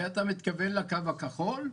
זה אתה מתכוון לקו הכחול?